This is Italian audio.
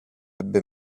ebbe